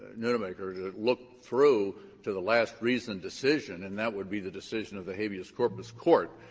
nunnemaker to look through to the last reasoned decision, and that would be the decision of the habeas corpus court.